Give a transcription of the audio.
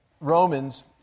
Romans